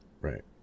Right